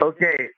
Okay